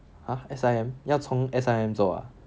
!huh! S_I_M 要从 S_I_M 走 ah